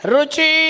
Ruchi